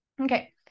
Okay